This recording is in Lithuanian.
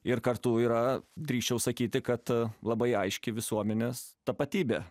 ir kartu yra drįsčiau sakyti kad labai aiški visuomenės tapatybė